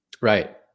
Right